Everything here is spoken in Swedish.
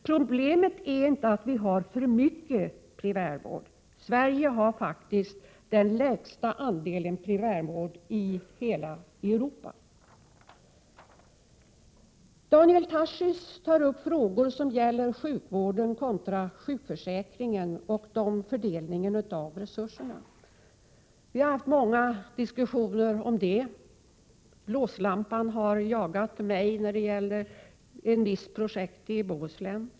Problemet är inte att vi har för mycket primärvård. Sverige har faktiskt den lägsta andelen primärvård i hela Europa. Daniel Tarschys tar upp frågor som gäller sjukvården kontra sjukförsäkringen samt fördelningen av resurserna. Vi har fört många diskussioner om den saken. Jag har jagats med blåslampa i fråga om ett visst projekt i Bohuslän.